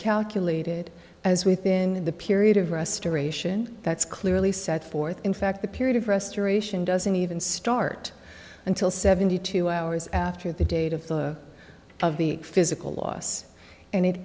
calculated as within the period of restoration that's clearly set forth in fact the period of restoration doesn't even start until seventy two hours after the date of the of the physical loss and it